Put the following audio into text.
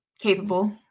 Capable